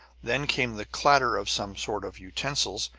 then came the clatter of some sort of utensils,